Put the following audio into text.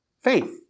faith